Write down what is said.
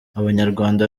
abanyarwanda